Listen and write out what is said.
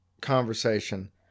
conversation